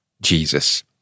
Jesus